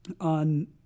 on